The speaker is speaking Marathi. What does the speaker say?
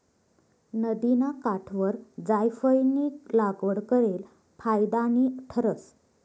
नदिना काठवर जायफयनी लागवड करेल फायदानी ठरस